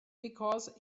because